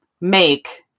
make